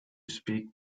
speak